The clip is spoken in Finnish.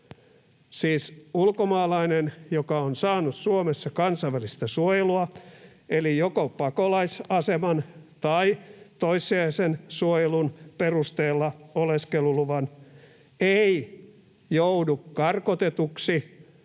Siis ulkomaalainen, joka on saanut Suomessa kansainvälistä suojelua, eli joko pakolaisaseman tai toissijaisen suojelun perusteella oleskeluluvan, ei joudu karkotetuksi,